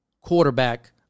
quarterback